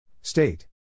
State